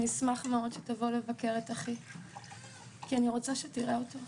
אני אשמח מאוד שתבוא לבקר את אחי כי אני רוצה שתראה אותו.